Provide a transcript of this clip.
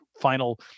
final